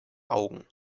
augen